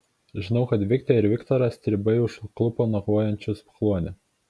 žinau kad viktę ir viktorą stribai užklupo nakvojančius kluone